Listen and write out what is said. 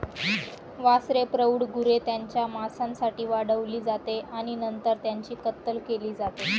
वासरे प्रौढ गुरे त्यांच्या मांसासाठी वाढवली जाते आणि नंतर त्यांची कत्तल केली जाते